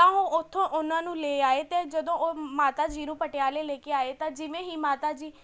ਤਾਂ ਉਹ ਉੱਥੋਂ ਉਹਨਾਂ ਨੂੰ ਲੈ ਆਏ ਅਤੇ ਜਦੋਂ ਉਹ ਮਾਤਾ ਜੀ ਨੂੰ ਪਟਿਆਲੇ ਲੈ ਕੇ ਆਏ ਜਿਵੇਂ ਹੀ ਮਾਤਾ ਜੀ